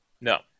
no